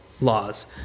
laws